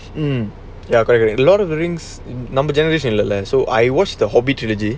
um ya correct correct like lord of the rings number generations lah so I watched the hobbit trilogy